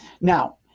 Now